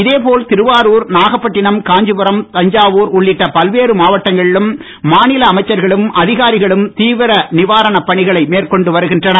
இதேபோல் திருவாருர் நாகப்பட்டினம் காஞ்சிபுரம் தஞ்சாவூர் உள்ளிட்ட பல்வேறு மாவட்டங்களிலும் மாநில அமைச்சர்களும் அதிகாரிகளும் தீவிர நிவாரண பணிகளை மேற்கொண்டு வருகின்றனர்